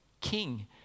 King